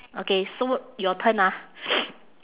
okay so your turn ah